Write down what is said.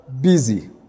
busy